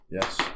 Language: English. Yes